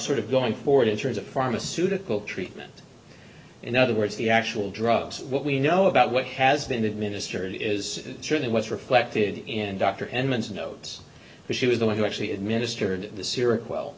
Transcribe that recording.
sort of going forward in terms of pharmaceutical treatment in other words the actual drugs what we know about what has been administered is truly what's reflected in dr emmons notes because she was the one who actually administered the syrup